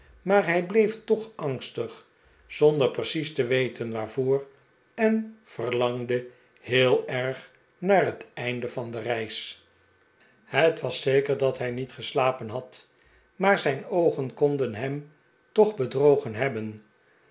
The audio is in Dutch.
maar hij bleef toch angstig zonder precies te weten waarvoor en verlangde heel erg naar het eind van de reis het was zeker dat hij niet geslapen had maar zijn oogen konden hem toch bedromaarten chuzzlewit gen hebben